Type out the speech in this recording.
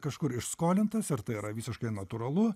kažkur išskolintas ir tai yra visiškai natūralu